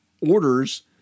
orders